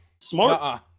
smart